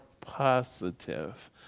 positive